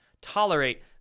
tolerate